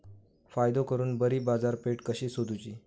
फायदो करून बरी बाजारपेठ कशी सोदुची?